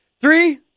Three